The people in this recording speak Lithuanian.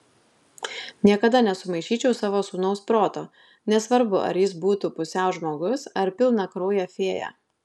niekada nesumaišyčiau savo sūnaus proto nesvarbu ar jis būtų pusiau žmogus ar pilnakraujė fėja